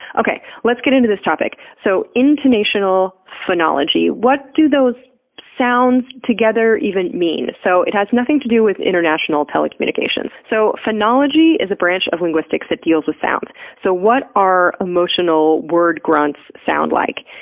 okay, let's get into this topic, so intonational phonology. what do those sounds together even mean? so it has nothing to do with international telecommunications. so phonology is the branch of linguistics that deals with sounds, so what our emotional word grunts sound like.